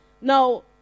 Now